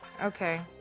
Okay